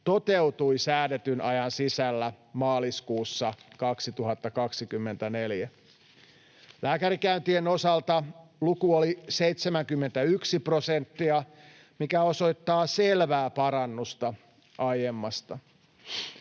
toteutui säädetyn ajan sisällä maaliskuussa 2024. Lääkärikäyntien osalta luku oli 71 prosenttia, mikä osoittaa selvää parannusta aiemmasta.